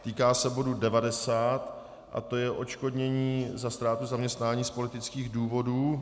Týká se bodu 90, to je odškodnění za ztrátu zaměstnání z politických důvodů.